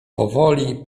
powoli